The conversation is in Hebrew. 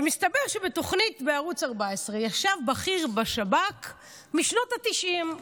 מסתבר שבתוכנית בערוץ 14 ישב בכיר בשב"כ משנות התשעים,